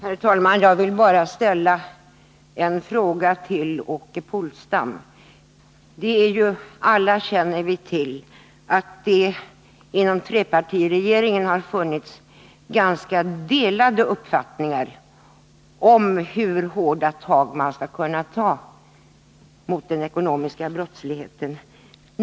Herr talman! Jag vill bara ställa en fråga till Åke Polstam. Alla känner vi till att det inom trepartiregeringen fanns ganska delade uppfattningar om hur hårda tag man skulle kunna ta mot den ekonomiska brottsligheten.